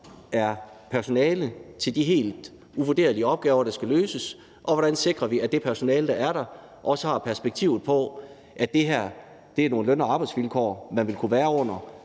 er personale til de helt uvurderlige opgaver, der skal løses, og hvordan sikrer vi, at det personale, der er der, også har det perspektiv, at det her er nogle løn- og arbejdsvilkår, man vil kunne være under